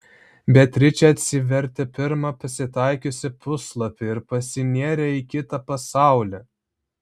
beatričė atsivertė pirmą pasitaikiusį puslapį ir pasinėrė į kitą pasaulį